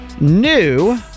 new